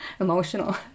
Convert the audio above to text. emotional